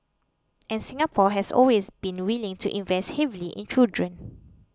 and Singapore has always been willing to invest heavily in children